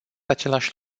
același